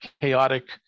chaotic